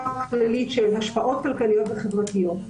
הכללית של השפעות כלכליות וחברתיות.